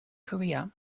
korea